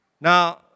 Now